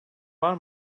var